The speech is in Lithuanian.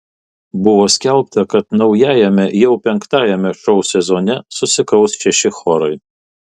buvo skelbta kad naujajame jau penktajame šou sezone susikaus šeši chorai